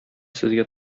сезгә